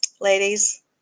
ladies